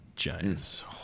Giants